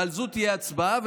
ועליה תהיה הצבעה.